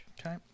Okay